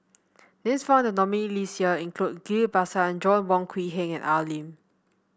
names found in the nominees' list this year include Ghillie Basan Joanna Wong Quee Heng and Al Lim